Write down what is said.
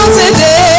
today